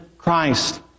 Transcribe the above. Christ